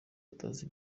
atazi